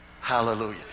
Hallelujah